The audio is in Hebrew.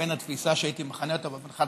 לבין התפיסה שהייתי מכנה אותה באופן חד-משמעי,